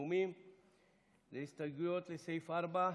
נאומים בהסתייגויות לסעיף 4,